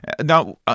Now